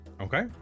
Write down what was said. Okay